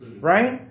right